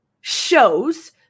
shows